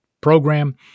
program